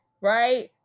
right